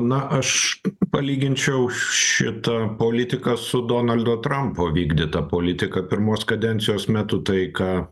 na aš palyginčiau šitą politiką su donaldo trampo vykdyta politika pirmos kadencijos metu tai ką